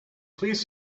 please